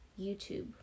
YouTube